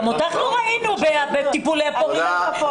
גם אותך לא ראינו בטיפולי פוריות.